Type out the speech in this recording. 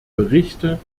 berichte